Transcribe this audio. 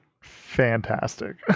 fantastic